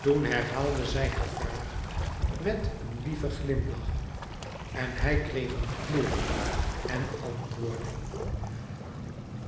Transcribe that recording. toen herhaalde zij haar vraag met een lieven glimlach en hij kreeg een kleur en antwoordde